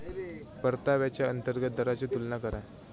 परताव्याच्या अंतर्गत दराशी तुलना करा